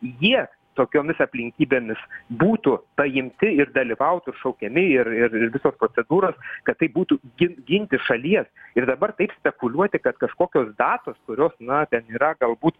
jie tokiomis aplinkybėmis būtų paimti ir dalyvautų šaukiami ir ir ir visos procedūros kad taip būtų gin ginti šalies ir dabar taip spekuliuoti kad kažkokios datos kurios na ten yra galbūt